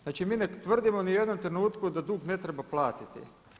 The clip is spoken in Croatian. Znači mi ne tvrdimo u niti jednom trenutku da dug ne treba platiti.